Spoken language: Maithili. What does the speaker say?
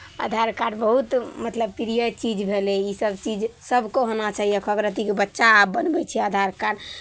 आधार कार्ड बहुत मतलब प्रिय चीज भेलै इसभ चीज सभकेँ होना चाही एकहक रत्तीके बच्चा आब बनबै छै आधार कार्ड